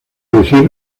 decir